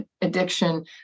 addiction